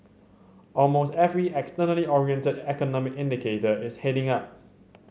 almost every externally oriented economic indicator is heading up